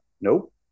Nope